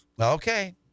Okay